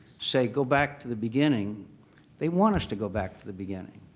say, go, back to the beginning they want us to go back to the beginning.